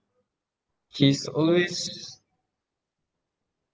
he's always